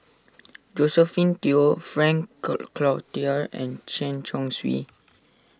Josephine Teo Frank Cloutier and Chen Chong Swee